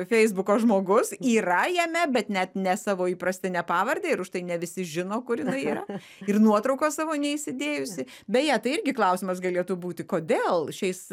feisbuko žmogus yra jame bet net ne savo įprastine pavarde ir už tai ne visi žino kur jinai yra ir nuotraukos savo neįsidėjusi beje tai irgi klausimas galėtų būti kodėl šiais